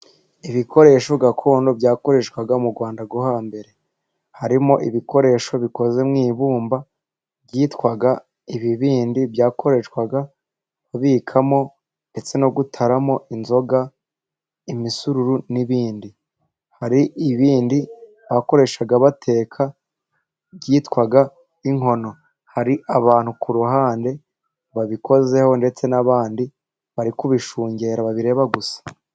Ibikoresho gakondo byakoreshwaga mu rwanda rwo hambere, harimo ibikoresho bikoze mu ibumba byitwaga ibibindi, byakoreshwaga kubikamo ndetse no gutaramo inzoga imisururu n'ibindi, hari ibibindi bakoreshaga bateka byitwaga inkono, hari abantu ku ruhande babikozeho ndetse n'abandi bari kubishungera babireba gusa.